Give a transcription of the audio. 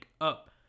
up